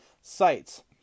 sites